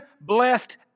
blessed